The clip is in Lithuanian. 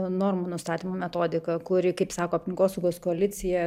normų nustatymo metodiką kuri kaip sako aplinkosaugos koalicija